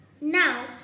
Now